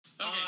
Okay